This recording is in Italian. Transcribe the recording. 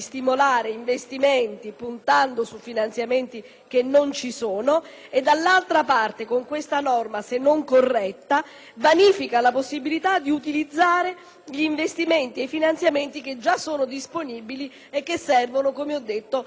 che non ci sono, dall'altra, con questa norma - se non corretta - vanifica la possibilità di utilizzare gli investimenti e i finanziamenti già disponibili, che servono allo sviluppo di tanta parte del nostro territorio.